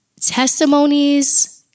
testimonies